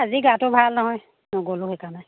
আজি গাটো ভাল নহয় নগ'লোঁ সেইকাৰণে